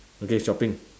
okay shopping